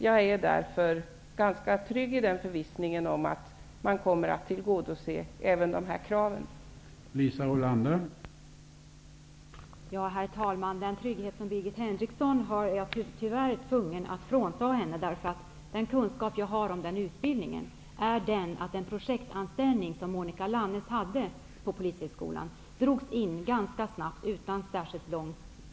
Därför är jag ganska trygg och förvissad om att man kommer att tillgodose även här aktuella krav.